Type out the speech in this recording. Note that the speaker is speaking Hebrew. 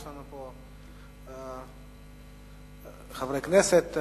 יש לנו פה חברי כנסת.